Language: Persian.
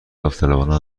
داوطلبانه